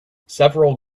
several